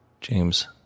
James